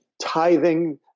tithing